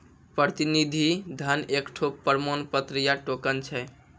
प्रतिनिधि धन एकठो प्रमाण पत्र या टोकन छै